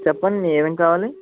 చెప్పండి ఏమేం కావాలి